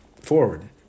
forward